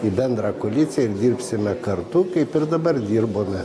į bendrą koaliciją dirbsime kartu kaip ir dabar dirbome